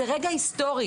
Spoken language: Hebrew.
זה רגע היסטורי.